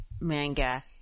manga